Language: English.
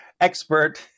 expert